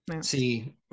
see